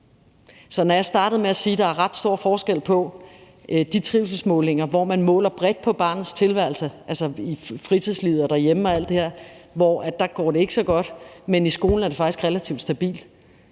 Så når jeg startede med at sige, at der er ret stor forskel på de trivselsmålinger, hvor man måler bredt på barnets tilværelse, altså i fritidslivet, derhjemme og alt det her, hvor det ikke går så godt, mens det i skolen faktisk er relativt stabilt,